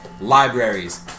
libraries